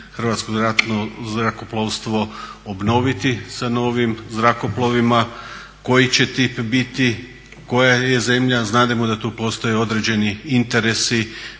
Hrvatsko ratno zrakoplovstvo obnoviti sa novim zrakoplovima, koji će tip biti, koja je zemlja? Znademo da tu postoje određeni interesi